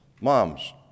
Moms